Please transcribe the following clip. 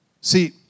See